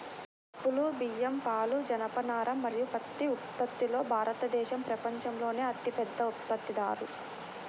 పప్పులు, బియ్యం, పాలు, జనపనార మరియు పత్తి ఉత్పత్తిలో భారతదేశం ప్రపంచంలోనే అతిపెద్ద ఉత్పత్తిదారు